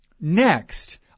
next